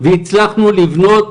והצלחנו לבנות,